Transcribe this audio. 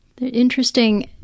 interesting